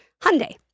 Hyundai